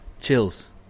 Chills